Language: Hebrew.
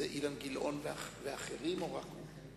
זה אילן גילאון ואחרים, או רק הוא?